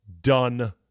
done